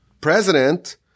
president